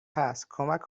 هست، کمک